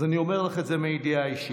אז אני אומר לך את זה מידיעה אישית.